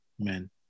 amen